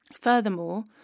Furthermore